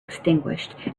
extinguished